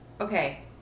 Okay